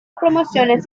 promociones